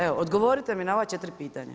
Evo, odgovorite mi na ova 4 pitanja.